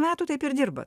metų taip ir dirba